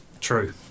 True